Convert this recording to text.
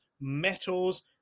metals